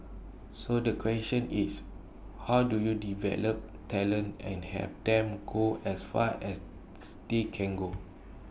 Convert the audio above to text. so the question is how do you develop talent and have them go as far as they can go